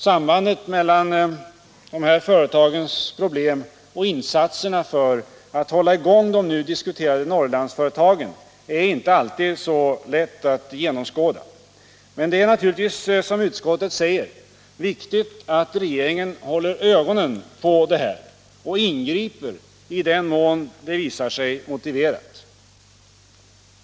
Sambandet mellan de här företagens problem och insatserna för att hålla i gång de nu diskuterade Norrlandsföretagen är inte alltid så lätt att genomskåda. Men det är naturligtvis, som utskottet säger, viktigt att regeringen håller ögonen på detta och ingriper i den mån det visar sig motiverat.